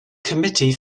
committee